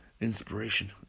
Inspiration